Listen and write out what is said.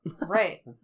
Right